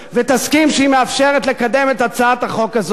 ותסכים שהיא מאפשרת לקדם את הצעת החוק הזאת.